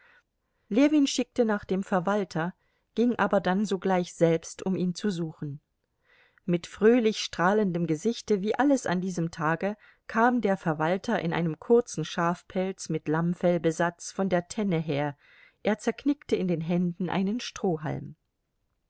ljewin schickte nach dem verwalter ging aber dann sogleich selbst um ihn zu suchen mit fröhlich strahlendem gesichte wie alles an diesem tage kam der verwalter in einem kurzen schafpelz mit lammfellbesatz von der tenne her er zerknickte in den händen einen strohhalm